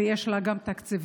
יש לה גם תקציבים.